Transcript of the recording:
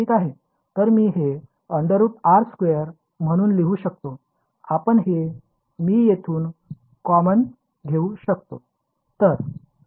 तर मी हे म्हणून लिहू शकतो आता हे मी येथून कॉमन घेऊ शकतो